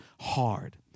hard